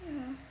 ya